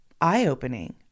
eye-opening